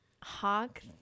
hawk